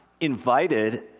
invited